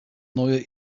neue